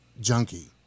junkie